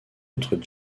entre